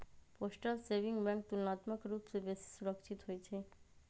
postal saving bank तुलनात्मक रूप से बेशी सुरक्षित होइ छइ